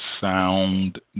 sound